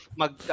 mag